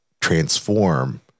transform